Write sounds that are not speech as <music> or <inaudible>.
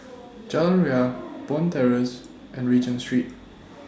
<noise> Jalan Ria Bond Terrace and Regent Street